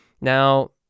Now